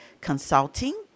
Consulting